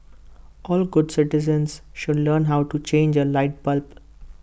all good citizens should learn how to change A light bulb